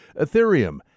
Ethereum